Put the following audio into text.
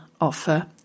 offer